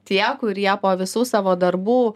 tie kurie po visų savo darbų